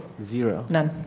zero? none.